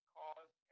cause